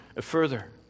further